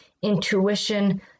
intuition